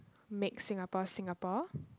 make Singapore Singapore